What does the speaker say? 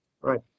Right